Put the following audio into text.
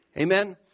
Amen